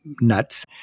nuts